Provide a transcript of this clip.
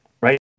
right